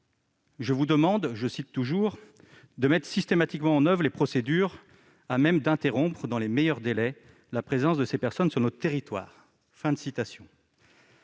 leur a demandé « de mettre systématiquement en oeuvre les procédures à même d'interrompre, dans les meilleurs délais, la présence de ces personnes sur notre territoire ».